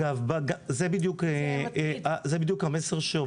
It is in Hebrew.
זה בדיוק המסר שעובר.